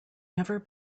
never